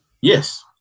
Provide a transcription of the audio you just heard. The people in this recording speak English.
Yes